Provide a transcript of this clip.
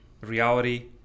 reality